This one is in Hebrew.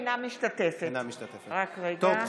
אינה משתתפת בהצבעה טוב,